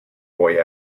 boy